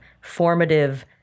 formative